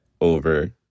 over